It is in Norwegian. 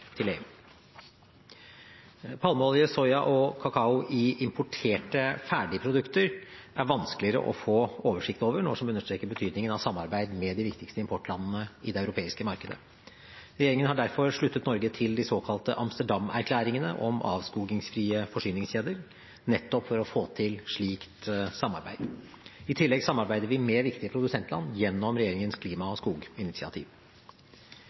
til EU. Palmeolje, soya og kakao i importerte ferdigprodukter er vanskeligere å få oversikt over, noe som understreker betydningen av samarbeid med de viktigste importlandene i det europeiske markedet. Regjeringen har derfor sluttet Norge til de såkalte Amsterdam-erklæringene om avskogingsfrie forsyningskjeder, nettopp for å få til slikt samarbeid. I tillegg samarbeider vi med viktige produsentland gjennom regjeringens klima- og skoginitiativ.